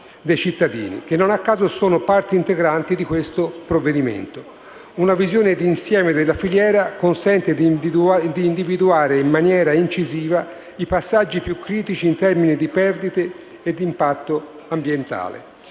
dei cittadini, che non a caso sono parti integranti di questo provvedimento. Una visione d'insieme della filiera consente di individuare in maniera incisiva i passaggi più critici in termini di perdite e d'impatto ambientale.